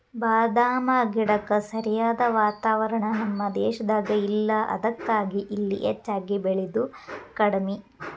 ಬಾದಾಮ ಗಿಡಕ್ಕ ಸರಿಯಾದ ವಾತಾವರಣ ನಮ್ಮ ದೇಶದಾಗ ಇಲ್ಲಾ ಅದಕ್ಕಾಗಿ ಇಲ್ಲಿ ಹೆಚ್ಚಾಗಿ ಬೇಳಿದು ಕಡ್ಮಿ